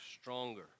stronger